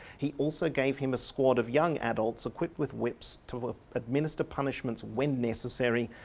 he also gave him a squad of young adults, equipped with whips to ah administered punishments when necessary.